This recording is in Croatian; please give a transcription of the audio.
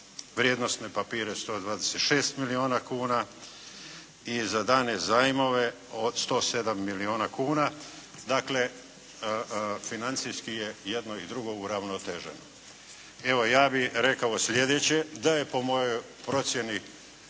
vrijednosne papire 126 milijuna kuna i za dane zajmove 107 milijuna kuna. Dakle financijski je jedno i drugo uravnoteženo. Evo ja bih rekao sljedeće da je po mojoj procjeni